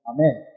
Amen